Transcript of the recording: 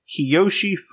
Kiyoshi